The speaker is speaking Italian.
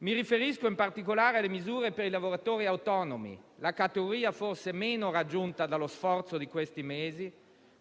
Mi riferisco in particolare alle misure per i lavoratori autonomi, la categoria forse meno raggiunta dallo sforzo di questi mesi,